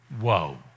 Whoa